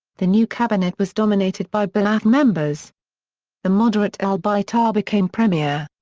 the new cabinet was dominated by ba'ath members the moderate al-bitar became premier.